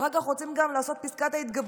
אחר כך רוצים גם לעשות את פסקת ההתגברות,